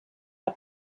are